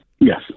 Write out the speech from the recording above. Yes